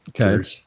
okay